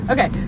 Okay